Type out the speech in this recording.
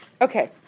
Okay